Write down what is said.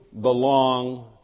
belong